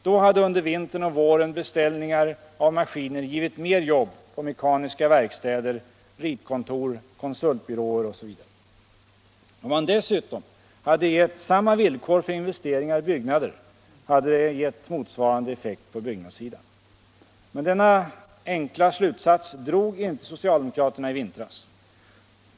Då hade under vintern och våren beställningar av maskiner givit mer jobb på mekaniska verkstäder, ritkontor, konsultbyråer osv. Om man dessutom gett samma villkor för investeringar i byggnader hade det fått motsvarande effekt på byggnadssidan. Men denna enkla slutsats drog inte socialdemokraterna i vintras.